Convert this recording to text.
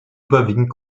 überwiegend